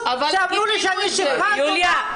שאמרו לי שאני שפחה של ליברמן וזונה.